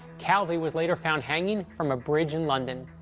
calvi was later found hanging from a bridge in london.